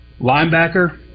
linebacker